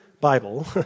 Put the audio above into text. Bible